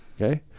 okay